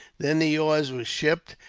then the oars were shipped,